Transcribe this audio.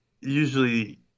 usually